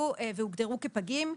נולדו והוגדרו כפגים.